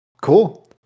cool